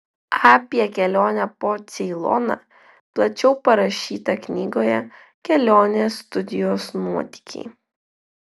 apie kelionę po ceiloną plačiau parašyta knygoje kelionės studijos nuotykiai